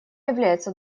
являются